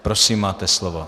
Prosím, máte slovo.